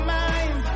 mind